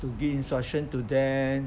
to give instruction to them